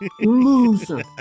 Loser